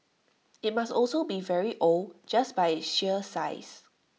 IT must also be very old just by its sheer size